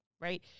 right